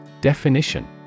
Definition